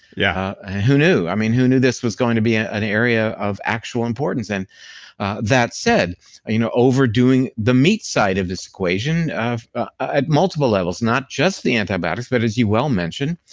yeah ah who knew? i mean, who knew this was going to be ah an area of actual importance? and that said you know overdoing the meat side of this equation at ah multiple levels, not just the antibiotics, but as you well mention,